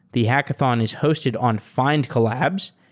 the hackathon is hosted on findcollabs,